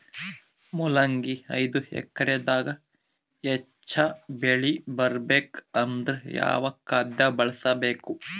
ಮೊಲಂಗಿ ಐದು ಎಕರೆ ದಾಗ ಹೆಚ್ಚ ಬೆಳಿ ಬರಬೇಕು ಅಂದರ ಯಾವ ಖಾದ್ಯ ಬಳಸಬೇಕು?